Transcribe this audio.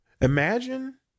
imagine